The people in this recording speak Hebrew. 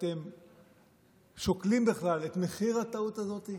אתם שוקלים בכלל את מחיר הטעות הזאת?